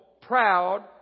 proud